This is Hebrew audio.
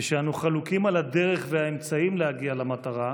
כשאנו חלוקים על הדרך והאמצעים להגיע למטרה,